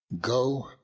Go